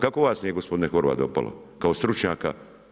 Kako vas nije gospodine Horvat dopalo, kao stručnjaka?